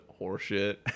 horseshit